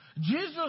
Jesus